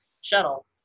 shuttle